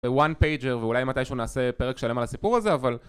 ווואן פייג'ר, ואולי מתישהו נעשה פרק שלם על הסיפור הזה, אבל...